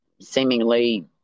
seemingly